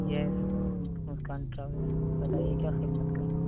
یس Muskan travels بتائیے کیا خدمت کر سکتے